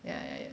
ya ya